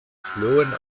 flohen